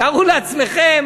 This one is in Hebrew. תארו לעצמכם